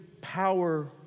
power